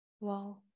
Wow